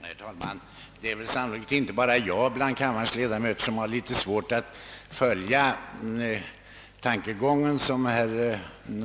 Herr talman! Det är sannolikt inte bara jag bland kammarens ledamöter som har litet svårt att följa den tankegång som herr